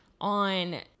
on